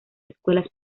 escuelas